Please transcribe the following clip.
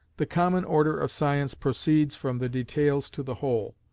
the common order of science proceeds from the details to the whole.